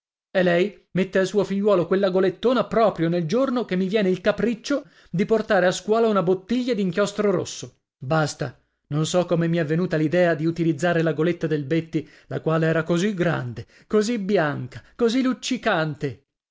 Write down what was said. e lei mette al suo figliuolo quella golettona proprio nel giorno che mi viene il capriccio di portare a scuola una bottiglia d'inchiostro rosso basta non so come mi è venuta l'idea di utilizzare la goletta del betti la quale era così grande così bianca così luccicante